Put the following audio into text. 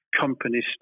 companies